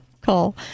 call